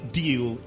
deal